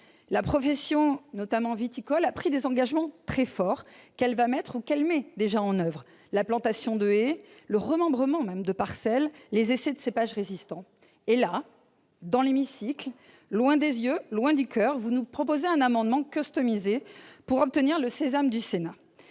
La profession, notamment viticole, a pris des engagements très forts qu'elle va mettre ou qu'elle met déjà en oeuvre : plantations de haies, remembrements de parcelles, essais de cépages résistants. D'un autre côté, une fois dans l'hémicycle- loin des yeux, loin du coeur -, vous proposez un amendement customisé ... Ah !... pour obtenir le sésame du Sénat.